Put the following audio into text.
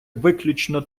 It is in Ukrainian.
виключно